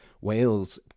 Wales